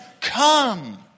come